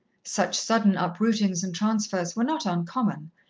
such sudden uprootings and transfers were not uncommon,